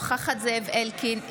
אינה נוכחת זאב אלקין,